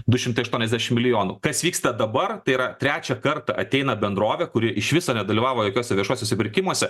du šimtai aštuoniasdešim kas vyksta dabar tai yra trečią kartą ateina bendrovė kuri iš viso nedalyvavo jokiuose viešuosiuose pirkimuose